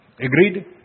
Agreed